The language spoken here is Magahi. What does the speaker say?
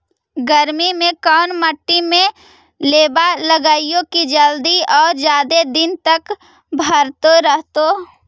गर्मी में कोन मट्टी में लोबा लगियै कि जल्दी और जादे दिन तक भरतै रहतै?